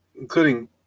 including